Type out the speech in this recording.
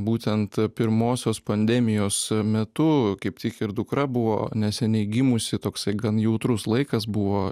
būtent pirmosios pandemijos metu kaip tik ir dukra buvo neseniai gimusi toksai gan jautrus laikas buvo